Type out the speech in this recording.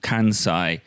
Kansai